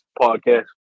podcast